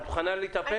את מוכנה להתאפק?